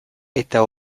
eta